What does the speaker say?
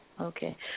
Okay